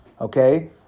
Okay